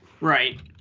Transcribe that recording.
Right